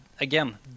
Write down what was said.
again